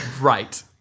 Right